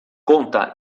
conta